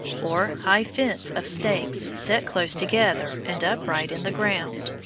or high fence of stakes set close together and upright in the ground.